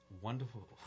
Wonderful